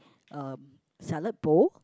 um salad bowl